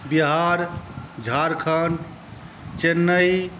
Bihar Jharkhand Chennai